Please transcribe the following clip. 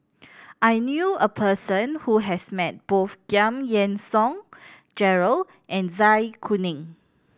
I knew a person who has met both Giam Yean Song Gerald and Zai Kuning